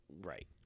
right